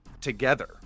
together